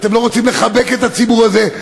אתם לא רוצים לחבק את הציבור הזה,